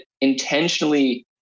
intentionally